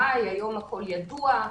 היום הכל ידוע'.